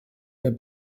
wer